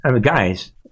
Guys